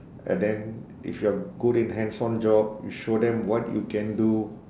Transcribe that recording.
and then if you're good in hands on job you show them what you can do